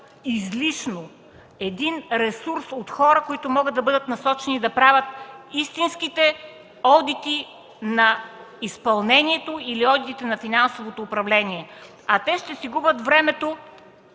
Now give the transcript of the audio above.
излишно ресурс от хора, които могат да бъдат насочени да правят истинските одити на изпълнението или одити на финансовото управление, а те ще си губят времето